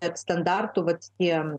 standartų vat tie